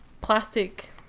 plastic